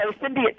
Cindy